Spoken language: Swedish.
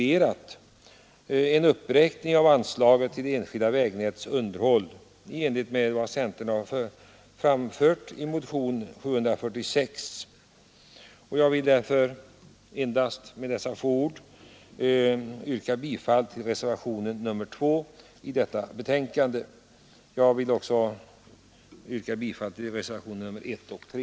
En uppräkning av anslaget till det enskilda vägnätets underhåll i enlighet med vad centern har föreslagit i motionen 746 är sålunda klart motiverad. Jag yrkar därför med dessa få ord bifall till reservationen 2 i detta betänkande. Jag vill också yrka bifall till reservationerna 1 och 3.